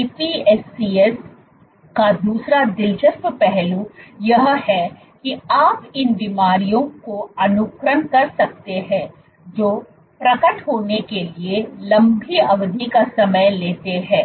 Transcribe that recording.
IPSCs का दूसरा दिलचस्प पहलू यह है कि आप उन बीमारियों को अनुकरण कर सकते हैं जो प्रकट होने के लिए लंबी अवधि का समय लेते हैं